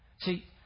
See